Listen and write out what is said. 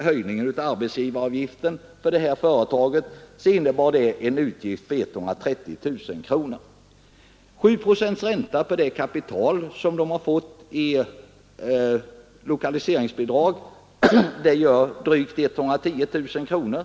Höjningen av arbetsgivaravgiften för detta företag innebar en utgift på 130 000 kronor. 7 procents ränta på det kapital som företaget har fått i lokaliseringsbidrag blir drygt 110 000 kronor.